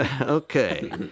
Okay